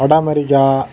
வடஅமெரிக்கா